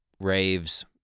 raves